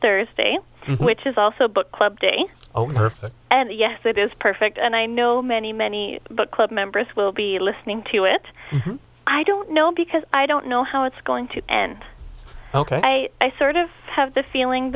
thursday which is also book club day and yes it is perfect and i know many many but club members will be listening to it i don't know because i don't know how it's going to end ok i sort of have the feeling